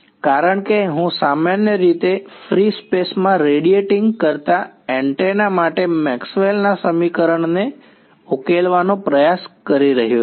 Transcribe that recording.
કારણ કે હું સામાન્ય રીતે ફ્રી સ્પેસ માં રેડીયેટીંગ કરતા એન્ટેના માટે મેક્સવેલ maxwell's ના સમીકરણને ઉકેલવાનો પ્રયાસ કરી રહ્યો છું